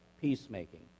peacemaking